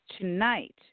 Tonight